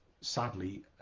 sadly